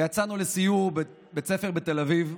ויצאנו לסיור בבית ספר בתל אביב.